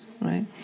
right